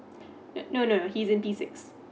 no no he's in P six